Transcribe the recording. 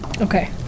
Okay